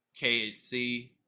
KHC